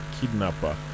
kidnapper